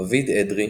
רביד אדרי,